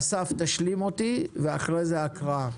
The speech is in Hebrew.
אסף, תשלים אותי, ואחרי זה הקראה.